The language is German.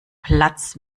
platz